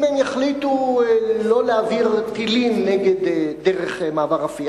אם הם יחליטו שלא להעביר טילים דרך מעבר רפיח,